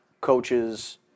coaches